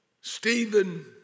Stephen